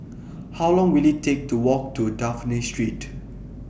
How Long Will IT Take to Walk to Dafne Street